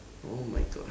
oh my god